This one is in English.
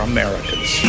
Americans